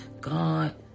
God